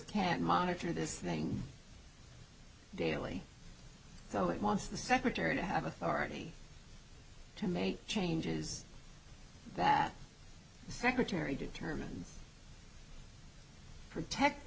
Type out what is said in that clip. can't monitor this thing daily so it wants the secretary to have authority to make changes that the secretary determines protect the